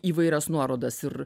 įvairias nuorodas ir